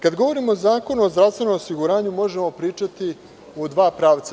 Kada govorimo o Zakonu o zdravstvenom osiguranju, možemo pričati u dva pravca.